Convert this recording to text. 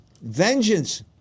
vengeance